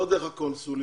לא דרך הקונסולים.